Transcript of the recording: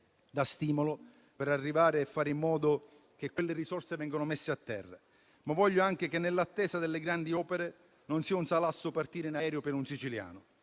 da stimolo per fare in modo che quelle risorse vengano messe a terra. Voglio tuttavia anche che, nell'attesa delle grandi opere, non sia un salasso partire in aereo per un siciliano.